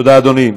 תודה, אדוני.